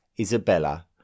Isabella